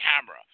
camera